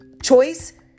choice